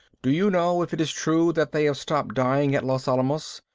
do you know if it is true that they have stopped dying at los alamos,